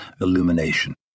illumination